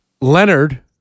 Leonard